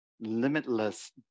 limitless